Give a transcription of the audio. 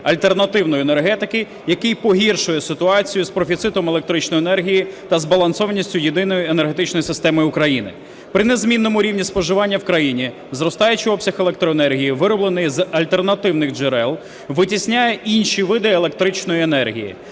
альтернативної енергетики, який погіршує ситуацію з профіцитом електричної енергії та збалансованістю єдиної енергетичної системи України. При незмінному рівні споживання в країні, зростаючий обсяг електроенергії вироблений з альтернативних джерел, витісняє інші види електричної енергії.